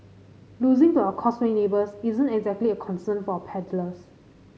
losing to our Causeway neighbours isn't exactly a concern for our paddlers